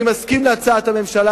אני מסכים להצעת הממשלה,